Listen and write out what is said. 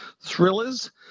thrillers